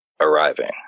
arriving